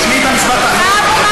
תשמעי את המשפט האחרון.